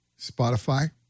Spotify